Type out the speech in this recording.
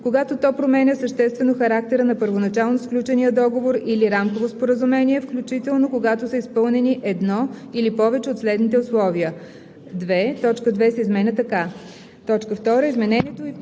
когато то променя съществено характера на първоначално сключения договор или рамково споразумение, включително когато са изпълнени едно или повече от следните условия:“.“ 2. Точка 2 се изменя така: „2. изменението